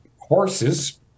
horses